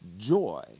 joy